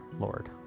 Lord